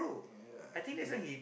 ya